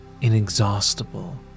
inexhaustible